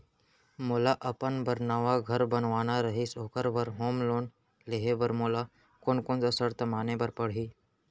मोला अपन बर नवा घर बनवाना रहिस ओखर बर होम लोन लेहे बर मोला कोन कोन सा शर्त माने बर पड़ही?